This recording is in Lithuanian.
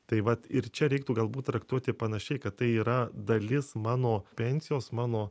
tai vat ir čia reiktų galbūt traktuoti panašiai kad tai yra dalis mano pensijos mano